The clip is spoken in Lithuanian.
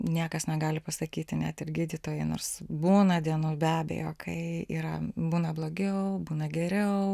niekas negali pasakyti net ir gydytojai nors būna dienų be abejo kai yra būna blogiau būna geriau